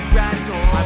radical